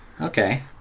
Okay